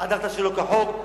חדרת שלא כחוק,